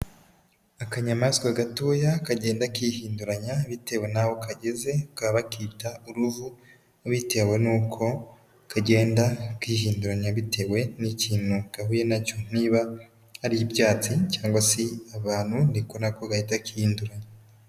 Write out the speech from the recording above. Akanyamaswa gatoya, kagenda kihinduranya bitewe n'aho kageze, bakaba bakita uruvu, bitewe nuko kagenda kihinduranya bitewe n'ikintu gahuye na cyo. Niba ari ibyatsi cyangwa se abantu ni ko na ko gahita kihinduranya.